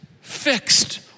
fixed